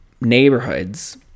neighborhoods